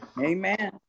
amen